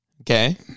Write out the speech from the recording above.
Okay